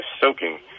soaking